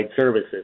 services